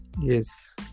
Yes